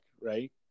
right